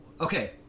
Okay